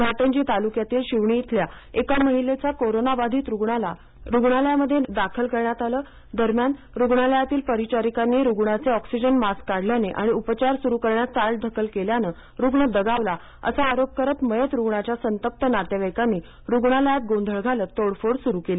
घाटंजी तालुक्यातील शिवणी इथल्या एका महिला कोरोना बाधित रुग्णाला या रुग्णालयामध्ये दाखल करण्यात आले दरम्यान रुग्णालयातील परिचारकांनी रुग्णाचे ऑक्सिजन मास्क काढल्याने आणि उपचार सुरू करण्यास चालढकल केल्याने रुग्ण दगावला असा आरोप करीत मयत रुग्णाच्या संतप्त नातेवाईकांनी रुग्णालयात गोंधळ घालीत तोडफोड सुरू केली